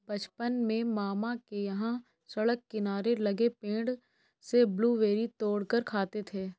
बचपन में मामा के यहां सड़क किनारे लगे पेड़ से ब्लूबेरी तोड़ कर खाते थे